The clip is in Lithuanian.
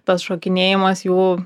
tas šokinėjimas jų